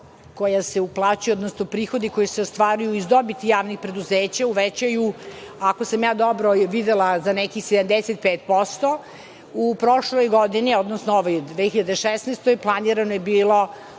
koja se uplaćuju, odnosno prihodi koji se ostvaruju iz dobiti javnih preduzeća uvećaju, ako sam ja dobro videla, za nekih 75%. U prošloj godini, odnosno u ovoj 2016, planirano je bilo